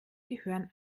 gehören